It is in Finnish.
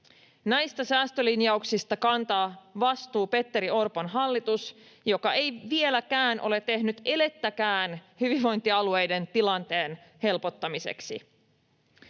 Näistä säästölinjauksista kantaa vastuun Petteri Orpon hallitus, joka ei vieläkään ole tehnyt elettäkään hyvinvointialueiden tilanteen helpottamiseksi.